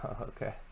okay